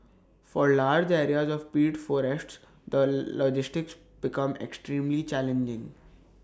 for large areas of peat forests the logistics become extremely challenging